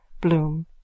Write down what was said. Bloom